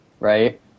Right